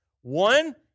One